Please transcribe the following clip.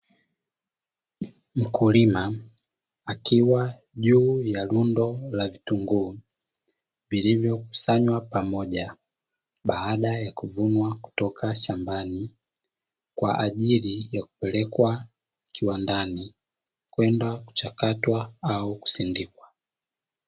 Mkulima akiwa juu ya rundo la vitunguu vilivyokusanywa pamoja baada ya kuvunwa kutoka shambani, kwa ajili ya kupelekwa kiwandani kwenda kuchakatwa au kusindikwa.